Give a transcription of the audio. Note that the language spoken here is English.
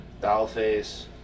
Dollface